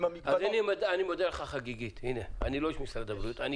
אני מודיע לך חגיגית אני לא איש משרד הבריאות אני